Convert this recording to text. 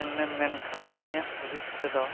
ᱮᱱᱮᱢ ᱢᱮᱱ ᱠᱷᱟᱱ ᱤᱧᱟᱹᱜ ᱦᱩᱫᱤᱥ ᱛᱮᱫᱚ